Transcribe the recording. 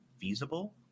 feasible